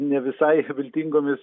ne visai viltingomis